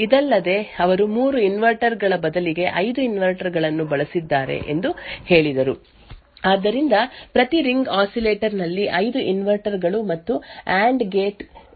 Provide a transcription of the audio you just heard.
ಇದಲ್ಲದೆ ಅವರು 3 ಇನ್ವರ್ಟರ್ ಗಳ ಬದಲಿಗೆ 5 ಇನ್ವರ್ಟರ್ ಗಳನ್ನು ಬಳಸಿದ್ದಾರೆ ಎಂದು ಹೇಳಿದರು ಆದ್ದರಿಂದ ಪ್ರತಿ ರಿಂಗ್ ಆಸಿಲೇಟರ್ ನಲ್ಲಿ 5 ಇನ್ವರ್ಟರ್ ಗಳು ಮತ್ತು ಅಂಡ್ ಗೇಟ್ ಇತ್ತು